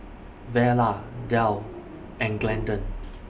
Vella Delle and Glendon